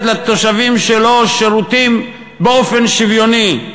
לתושבים שלו שירותים באופן שוויוני,